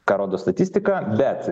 ką rodo statistika bet